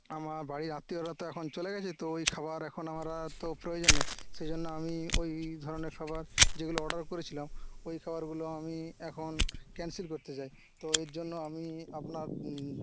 আমার বাড়ির আত্মীয়রা তো এখন চলে গেছে তো ঐ খাবার এখন আমার আর তো প্রয়োজন নেই সেই জন্য আমি ঐ ধরনের খাবার যেগুলো অর্ডার করেছিলাম ঐ খাবারগুলো আমি এখন ক্যান্সেল করতে চাই তো এর জন্য আমি আপনার